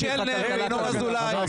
חברי הכנסת קלנר וינון אזולאי,